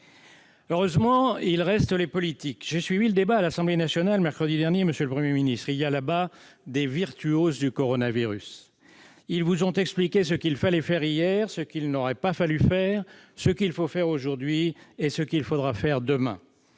Heureusement, il reste les politiques ! J'ai suivi le débat à l'Assemblée nationale, mercredi dernier, monsieur le Premier ministre. Il y a là-bas des virtuoses du coronavirus. Ils vous ont expliqué ce qu'il fallait faire hier et ce qu'il n'aurait pas fallu faire, ce qu'il faut faire aujourd'hui et ce qu'il faudra faire demain.